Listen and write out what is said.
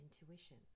intuition